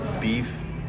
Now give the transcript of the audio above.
beef